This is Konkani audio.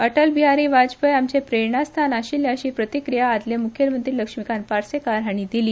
अटल बिहारी वाजपेयी आमचे प्रेरणास्थान आशिल्ले अशी प्रतिक्रिया आदले मुख्यमंत्री लक्ष्मीकांत पार्सेकार हांणी दिली